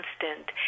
constant